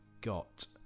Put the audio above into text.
got